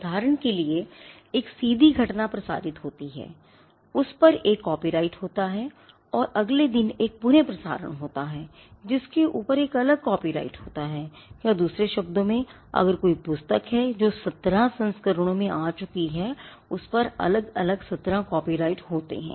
उदाहरण के लिए एक घटना सीधी प्रसारित होती है उस पर एक कॉपीराइट होता है और अगले दिन एक पुनः प्रसारण होता है जिसके ऊपर एक अलग कॉपीराइट होता है या दूसरे शब्दों में अगर कोई पुस्तक है जो सत्रह संस्करणों आ चुकी है उस पर अलग अलग सत्रह कॉपीराइट होते हैं